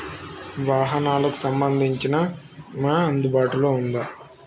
వాహనాలకు సంబంధించిన బీమా అందుబాటులో ఉందా?